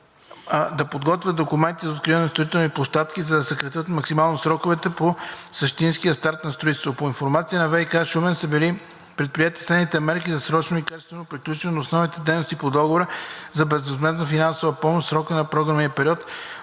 да подготвят документи за откриване на строителните площадки, за да се съкратят максимално сроковете до същинския старт на строителството. По информация от ВиК – Шумен, са били предприети следните мерки за срочното и качествено приключване на основните дейности по договора за безвъзмездна финансова помощ в срока на програмния период